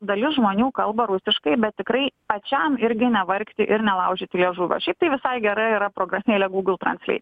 dalis žmonių kalba rusiškai bet tikrai pačiam irgi nevargti ir nelaužyti liežuvio šiaip tai visai gera yra programėlė gūgl transleit